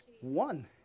One